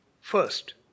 First